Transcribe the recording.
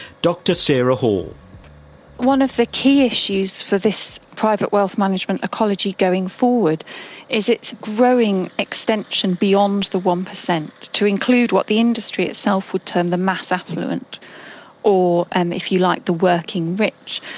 sarah hall one of the key issues for this private wealth management ecology going forward is its growing extension beyond the one percent to include what the industry itself would term the mass affluent or, and if you like, the working rich.